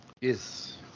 Yes